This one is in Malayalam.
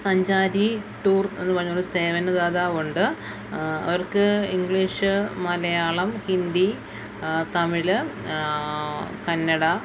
സഞ്ചാരി ടൂർ എന്നു പറഞ്ഞതു കൊണ്ട് സേവനദാതാവുണ്ട് അവർക്ക് ഇംഗ്ലീഷ് മലയാളം ഹിന്ദി തമിഴ് കന്നട